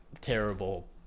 terrible